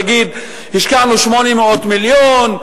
תגיד: "השקענו 800 מיליון"